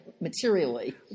materially